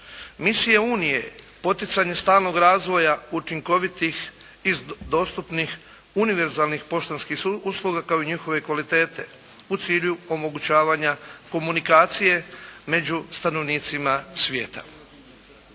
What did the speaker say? Misije Unije, poticanje stalnog razvoja učinkovitih i dostupnih univerzalnih poštanskih usluga, kao i njihove kvalitete u cilju omogućavanja komunikacije među stanovnicima svijeta.